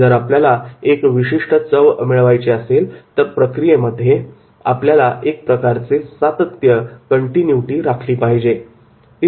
जर आपल्याला एक विशिष्ट चव मिळवायची असेल तर प्रक्रियेमध्ये आपल्याला एक प्रकारचे सातत्य राखले पाहिजे